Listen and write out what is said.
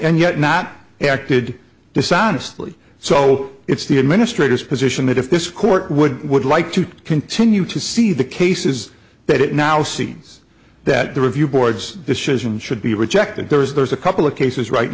and yet not acted dishonest lee so it's the administrative position that if this court would would like to continue to see the case is that it now seems that the review boards decision should be rejected there's a couple of cases right